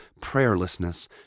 prayerlessness